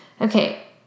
Okay